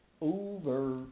over